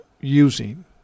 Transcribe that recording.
using